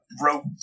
rope